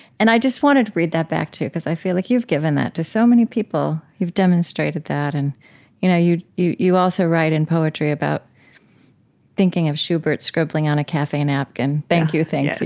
and i just wanted to read that back to you because i feel like you've given that to so many people. you've demonstrated that. and you know you you also write in poetry about thinking of schubert scribbling on a cafe napkin, thank you. thank you.